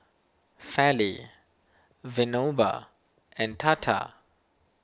Fali Vinoba and Tata